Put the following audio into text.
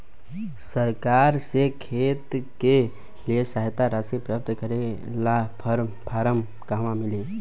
सरकार से खेत के लिए सहायता राशि प्राप्त करे ला फार्म कहवा मिली?